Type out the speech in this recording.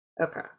Okay